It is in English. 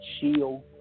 shield